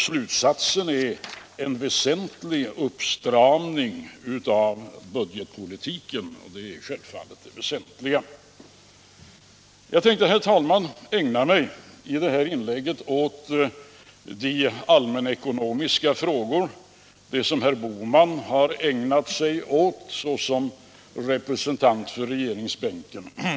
Slutsatsen, att det behövs en väsentlig uppstramning av budgetpolitiken, är självfallet det väsentliga. Jag tänkte, herr talman, i det här inlägget ägna mig åt de allmänekonomiska frågor som herr Bohman har ägnat sig åt såsom representant för regeringsbänken.